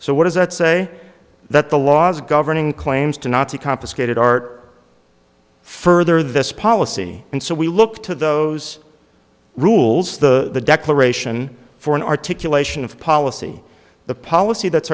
so what does that say that the laws governing claims to nazi complicated art further this policy and so we look to those rules the declaration for an articulation of policy the policy that's